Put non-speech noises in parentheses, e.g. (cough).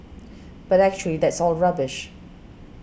(noise) but actually that's all rubbish